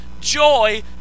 joy